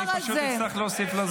אני פשוט אצטרך להוסיף לה זמן.